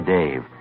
Dave